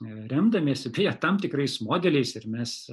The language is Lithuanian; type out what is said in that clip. remdamiesi beje tam tikrais modeliais ir mes